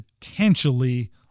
potentially